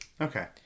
Okay